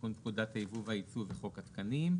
תיקון פקודת הייבוא והיצוא בחוק התקנים.